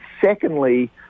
secondly